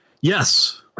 Yes